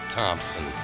Thompson